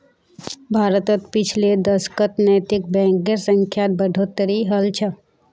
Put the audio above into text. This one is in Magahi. भारतत पिछले दशकत नैतिक बैंकेर संख्यात बढ़ोतरी हल छ